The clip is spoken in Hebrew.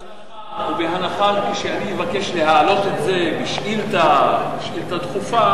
ובהנחה שאני אבקש להעלות את זה בשאילתא דחופה,